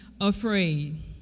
afraid